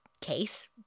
case